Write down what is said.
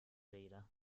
rede